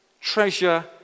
treasure